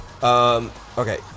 Okay